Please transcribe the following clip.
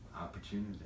opportunity